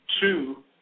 two